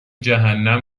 جهنم